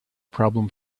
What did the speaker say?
problem